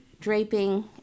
draping